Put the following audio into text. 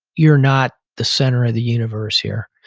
you're not the center of the universe here.